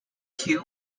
two